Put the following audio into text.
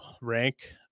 rank